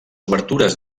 obertures